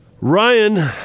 Ryan